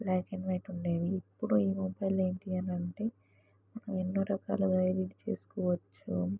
black and white ఉండేవి ఇప్పుడు ఈ మొబైల్ ఏంటి అని అంటే మనం ఎన్నో రకాలుగా వైర్లు యూస్ చేసుకోవచ్చు